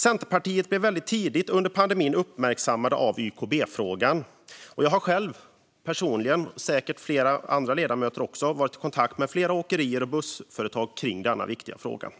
Centerpartiet blev väldigt tidigt under pandemin uppmärksammat på YKB-frågan, och jag har personligen - liksom säkert flera andra ledamöter - varit i kontakt med flera åkerier och bussföretag i denna viktiga fråga.